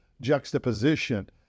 juxtaposition